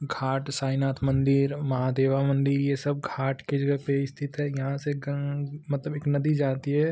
घाट साईंनाथ मन्दिर महादेवा मन्दिर यह सब घाट की जगह पर स्थित है यहाँ से मतलब एक नदी जाती है